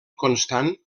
constant